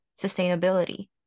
sustainability